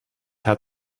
had